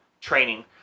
training